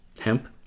Hemp